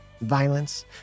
violence